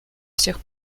всех